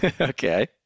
Okay